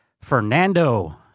Fernando